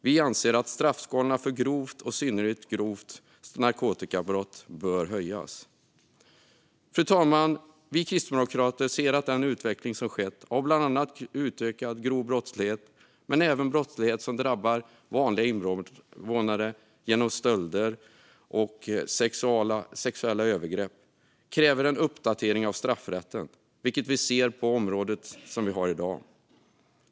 Vi anser att straffskalorna för grovt och synnerligen grovt narkotikabrott bör höjas. Vi kristdemokrater anser att den utveckling som skett när det gäller bland annat ökad grov brottslighet men även brottslighet som drabbar vanliga invånare, som stölder och sexuella övergrepp, kräver en uppdatering av straffrätten. Detta ser vi på det område vi debatterar i dag.